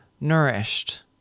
nourished